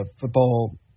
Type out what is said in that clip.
Football